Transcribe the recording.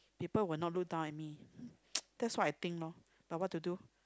people will not look down at me that's what I think lor but what to do